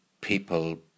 people